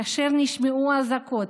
כאשר נשמעו אזעקות,